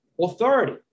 authority